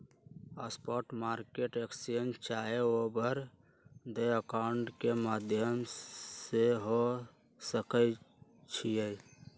spot market exchange चाहे over the counter के माध्यम से हो सकइ छइ